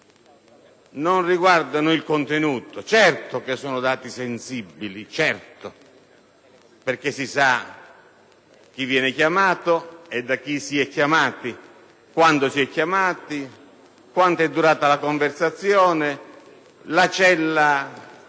non riguardano il contenuto. Si tratta certamente di dati sensibili perché si sa chi viene chiamato e da chi si è chiamati, quando si è chiamati, quanto è durata la conversazione e la cella